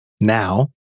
now